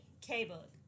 k-book